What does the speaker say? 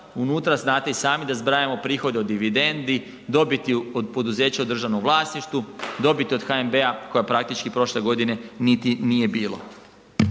unutra znate i sami da zbrajamo prihode od dividendi, dobiti od poduzeća u državnom vlasništvu, dobiti od HNB-a koja praktički prošle godine niti nije bilo.